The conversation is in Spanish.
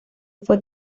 fue